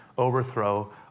overthrow